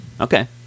Okay